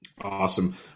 Awesome